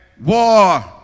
War